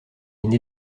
une